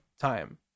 time